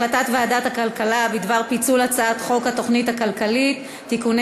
הצעת ועדת הכלכלה בדבר פיצול הצעת חוק התוכנית הכלכלית (תיקוני